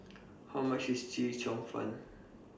How much IS Chee Cheong Fun